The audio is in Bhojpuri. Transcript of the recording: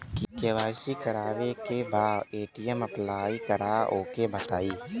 के.वाइ.सी करावे के बा ए.टी.एम अप्लाई करा ओके बताई?